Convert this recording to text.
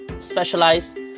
specialized